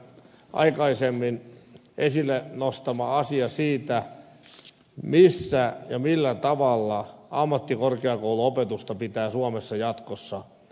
vehkaperän aikaisemmin esille nostama asia siitä missä ja millä tavalla ammattikorkeakouluopetusta pitää suomessa jatkossa harjoittaa